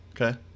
Okay